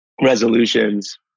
resolutions